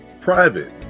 private